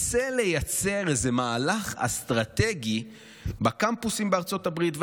ומנסה לייצר איזה מהלך אסטרטגי בקמפוסים בארצות הברית,